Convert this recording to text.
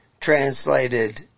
translated